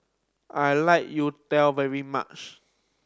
I like youtiao very much